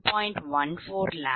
002ʎ ஐ பெறுவீர்கள்